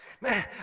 man